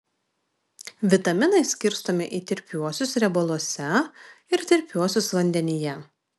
vitaminai skirstomi į tirpiuosius riebaluose ir tirpiuosius vandenyje